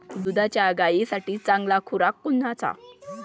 दुधाच्या गायीसाठी चांगला खुराक कोनचा?